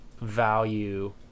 value